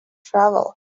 travel